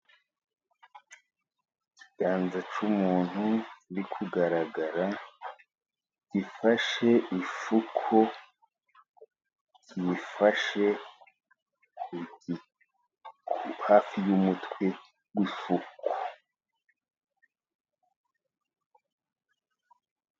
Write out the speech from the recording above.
Ikiganza cy'umuntu, Kiri kugaragara gifashe ifuku, kiyifashe hafi y'umutwe w'ifuku.